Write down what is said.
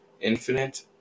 infinite